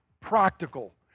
practical